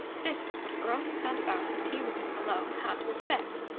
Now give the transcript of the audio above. this was what a girl who sat about in tea-rooms alone had to expect.